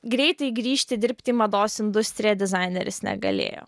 greitai grįžti dirbti į mados industriją dizaineris negalėjo